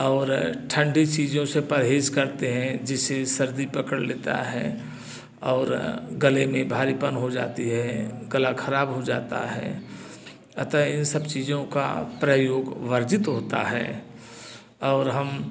और ठंडी चीज़ों से परहेज करते हैं जिससे सर्दी पकड़ लेता है और गले में भारीपन हो जाती है गला ख़राब हो जाता है अतः इन सब चीज़ों का प्रयोग वर्जित होता है और हम